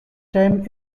time